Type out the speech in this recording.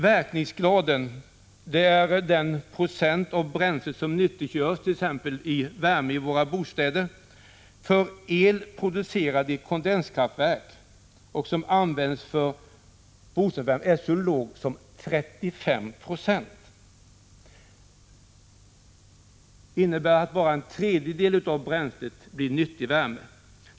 Verkningsgraden — dvs. den procent av bränslet som nyttiggörst.ex. i form av värme i våra bostäder — för el producerad i kondenskraftverk, som används för bostadsuppvärmning, är så låg som 35 96. Det innebär att bara en tredjedel av bränslet blir nyttig värmeenergi.